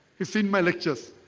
he seen my lectures.